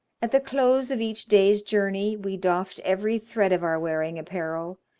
at the close of each day's journey we doffed every thread of our wearing apparel,